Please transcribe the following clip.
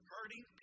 Hurting